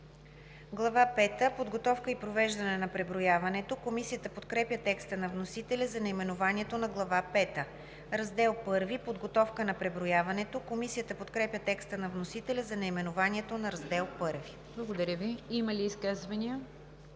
пета – Подготовка и провеждане на преброяването“. Комисията подкрепя текста на вносителя за наименованието на Глава пета. „Раздел I – Подготовка на преброяването“. Комисията подкрепя текста на вносителя за наименованието на Раздел І. ПРЕДСЕДАТЕЛ НИГЯР ДЖАФЕР: Благодаря Ви. Има ли изказвания?